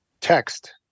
text